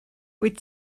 wyt